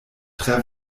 tre